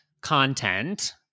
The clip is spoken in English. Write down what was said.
content